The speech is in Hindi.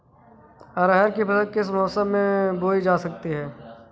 अरहर की फसल किस किस मौसम में बोई जा सकती है?